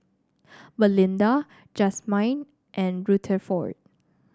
Malinda Jazmyne and Rutherford